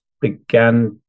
began